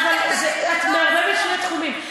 אבל את מערבבת שני תחומים.